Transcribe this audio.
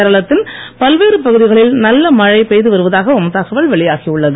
கேரளத்தின் பேல்வேறு பகுதிகளில் நல்ல மழை பெய்து வருவதாகவும் தகவல் வெளியாகி உள்ளது